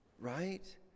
Right